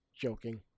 joking